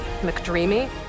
McDreamy